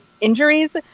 injuries